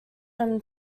them